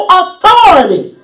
authority